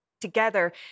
together